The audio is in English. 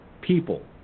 people